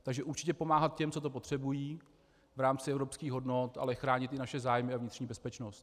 Takže určitě pomáhat těm, co to potřebují v rámci evropských hodnot, ale chránit i naše zájmy a vnitřní bezpečnost.